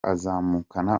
azamukana